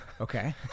Okay